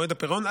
מועד הפירעון,